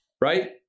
right